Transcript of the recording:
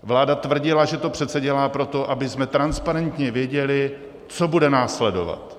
Vláda tvrdila, že to přece dělá proto, abychom transparentně věděli, co bude následovat.